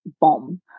bomb